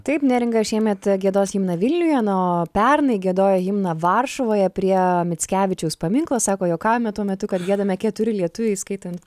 taip neringa šiemet giedos himną vilniuje na o pernai giedojo himną varšuvoje prie mickevičiaus paminklo sako juokavome tuo metu kad giedame keturi lietuviai įskaitant